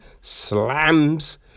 slams